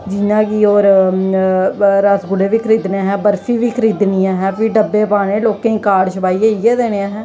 जियां कि होर रसगुल्ले खरीदने असें बर्फी बी खरीदनी ऐ में फिर डब्बे पाने लोकें गी कार्ड छपाइयै इ'यै देने अहें